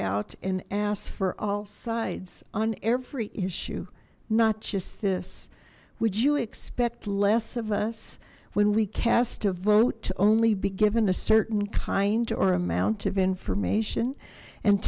out and ask for all sides on every issue not just this would you expect less of us when we cast a vote to only be given a certain kind or amount of information and